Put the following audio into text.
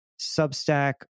Substack